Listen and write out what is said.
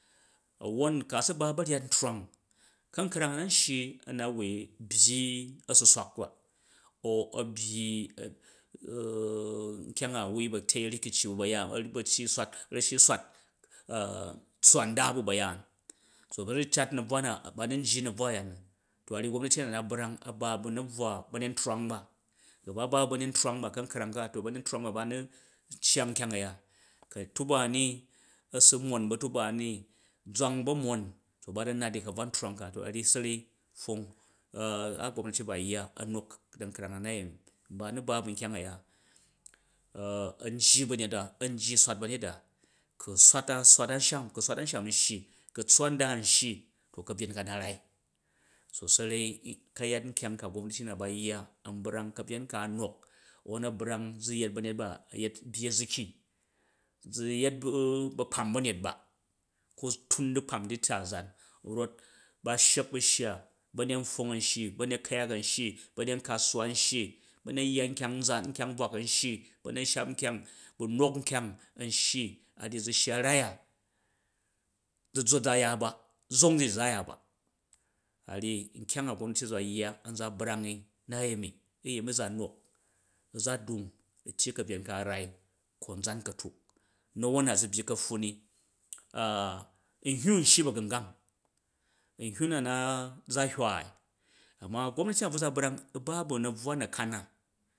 A̱won ka nu tyyi ba̱ryyat ntrwang ka̱nkrang a̱n ahyi a̱ na wai byyi a̱suswak ba au a̱ byyi nkyang a wu ba tyei rukici ba ba̱yaan a ba tyyi rashi swat a tswa nda bu̱ ba̱yaan so ba ru cat na̱bvwa na ba nu njji na̱bvwa a̱ya ni to a̱ ryyi gomnati na brang a ba bu na̱bvwa ba̱nyet ntovang, ku ba ba ba̱ ba̱nyet ntrwang ba u ka̱nkrang ka, ba̱nyet ntrwang ba n ba nu iyang nkyang a̱ya, ka a̱tuba a̱ni a̱zu mon bu̱ a̱tuba a̱ni zwang ʉ ba mon to ba u nat u ka̱bvwa ntrwang ka, to a̱ ryyi sarai pfwong gomnati ba yya a̱ nankrang a ni na yemi, nba a̱ nu ba ba̱ nkyang aya a jji ba̱nyet da, an jji swat ba̱nyet a ku̱ swat da swat a̱nsham ku swat amsham nshiyi ku̱ tswa nda nshyi te ka̱byen ka a̱ na rai, so sarai ka̱yat nkyang ka gomnati na ba yya an brang ka̱byen ka a̱ nok a̱won a̱ brang won a̱brang zu yet ba̱nyet ba a̱ yet byyi a̱yuki zu nu yet ba̱kpam ba̱nyet ba, ko tun du̱kpam ti ta zan rot ba shek bu̱ shya ba̱nyet npfwong a̱n shyi ba̱nyet ku̱yak a̱n shyi ba̱nyet kasuwa a̱n shi ba̱nyet yya nkyang nzaan, nkyang nbvwak a̱m shyi ba̱nyet shap nkyang nok nkyang a̱n shyi, zu shya rai a, du̱zot za ya ba zong zu za ya ba, a ryyi nkyang a gomnat ba yya an za brang i nnayemi uyemi za noku za dung, u̱ tyyi ka̱byen ka rai konzan ka̱tuk, na̱won na zu byyi ka̱pffun ni nhyau n shyi ba̱gungang, nhyuu na nna za hywai ama gomnati bvu za brang u ba bu na̱buwa na̱kan na